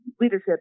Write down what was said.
leadership